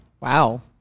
Wow